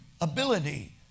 ability